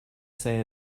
say